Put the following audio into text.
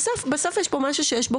בסוף יש פה משהו שיש בו